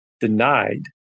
denied